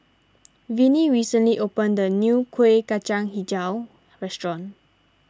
Vinnie recently opened a new Kuih Kacang HiJau restaurant